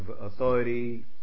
authority